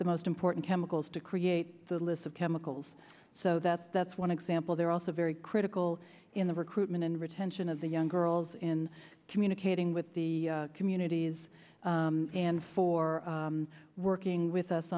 the most important chemicals to create the list of chemicals so that that's one example they're also very critical in the recruitment and retention of the young girls in communicating with the communities and for working with us